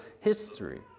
history